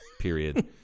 period